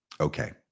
Okay